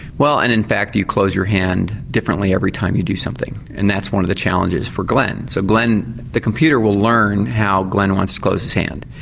well, and in fact you close your hand differently every time you do something, and that's one of the challenges for glen. so glen. the computer will learn how glen wants to close his hand.